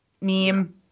meme